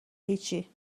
هیچی